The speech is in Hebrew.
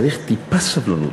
צריך טיפה סבלנות.